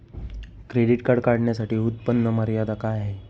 Credit card काढण्यासाठी उत्पन्न मर्यादा काय आहे?